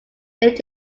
lived